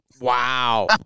wow